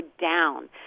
down